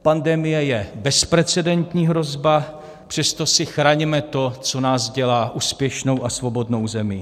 Pandemie je bezprecedentní hrozba, přesto si chraňme to, co nás dělá úspěšnou a svobodnou zemí.